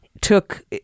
took